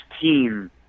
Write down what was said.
team